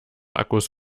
akkus